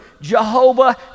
Jehovah